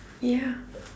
ya